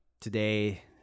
Today